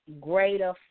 greater